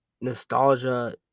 nostalgia